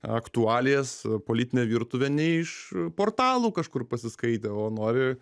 aktualijas politinę virtuvę nei iš portalų kažkur pasiskaitę o nori